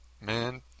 Man